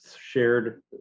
shared